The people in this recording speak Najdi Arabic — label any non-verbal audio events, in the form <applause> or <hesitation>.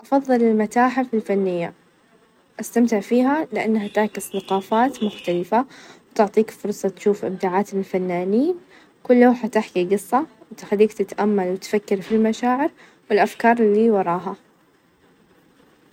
زرت تركيا آخر شي واستمتعت فيها بشكل كبير <hesitation> توقعاتي كانت مرتفعة بسبب التاريخ والثقافة لكن لمن شفت المعالم مثل آيه صوفيا ،وكابدوكيا انبهرت ،الأكل هناك بعد لذيذ ،وكل زاوية فيها تفاصيل جميلة.